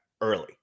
early